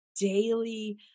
daily